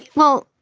well,